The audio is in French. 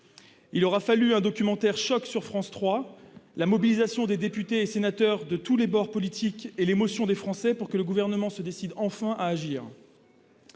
la diffusion d'un documentaire-choc sur France 3, la mobilisation des députés et des sénateurs de tous les bords politiques et l'émotion des Français pour que le Gouvernement se décide enfin à réagir.